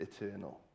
eternal